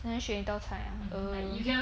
只能选一道菜 ah err